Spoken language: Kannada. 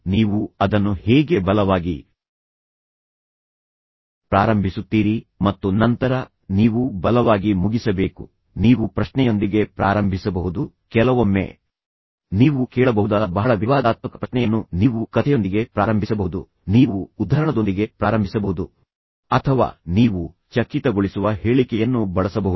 ನೀವು ಅದನ್ನು ಹೇಗೆ ಬಲವಾಗಿ ಪ್ರಾರಂಭಿಸುತ್ತೀರಿ ಮತ್ತು ನಂತರ ನೀವು ಬಲವಾಗಿ ಮುಗಿಸಬೇಕು ನೀವು ಪ್ರಶ್ನೆಯೊಂದಿಗೆ ಪ್ರಾರಂಭಿಸಬಹುದು ಕೆಲವೊಮ್ಮೆ ನೀವು ಕೇಳಬಹುದಾದ ಬಹಳ ವಿವಾದಾತ್ಮಕ ಪ್ರಶ್ನೆಯನ್ನು ನೀವು ಕಥೆಯೊಂದಿಗೆ ಪ್ರಾರಂಭಿಸಬಹುದು ನೀವು ಉದ್ಧರಣದೊಂದಿಗೆ ಪ್ರಾರಂಭಿಸಬಹುದು ಅಥವಾ ನೀವು ಚಕಿತಗೊಳಿಸುವ ಹೇಳಿಕೆಯನ್ನು ಬಳಸಬಹುದು